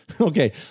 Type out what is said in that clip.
Okay